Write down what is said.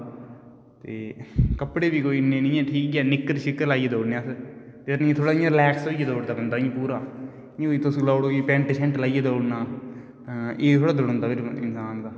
ते कपडे़ बी कोई इन्ने नेईं ऐ ठीक निक्कर शिक्कर लाइयै दौड़ने हा अस ते नेईं रिलेकस होइयै दौड़दा बंदा इयां पूरा तुस लाइ लोऐ कि पेंट शैंट लाइये दौड़ना ऐ थोह्ड़ा दौड़दा इन्ना आराम दा